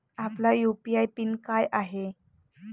आपला UPI PIN काय आहे?